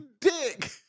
dick